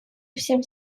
всем